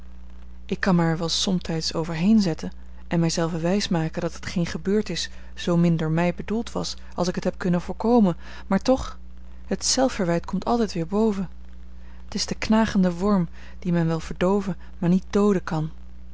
ik kan er mij wel somtijds over heen zetten en mij zelve wijsmaken dat hetgeen gebeurd is zoomin door mij bedoeld was als ik het heb kunnen voorkomen maar toch het zelfverwijt komt altijd weer boven t is de knagende worm dien men wel verdooven maar niet dooden kan